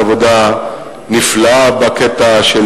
אני חושב שאתה עושה עבודה נפלאה בקטע של